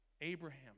Abraham